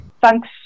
Thanks